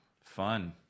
Fun